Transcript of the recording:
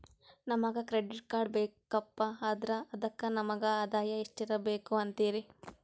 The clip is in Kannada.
ನಮಗ ಕ್ರೆಡಿಟ್ ಕಾರ್ಡ್ ಬೇಕಪ್ಪ ಅಂದ್ರ ಅದಕ್ಕ ನಮಗ ಆದಾಯ ಎಷ್ಟಿರಬಕು ಅಂತೀರಿ?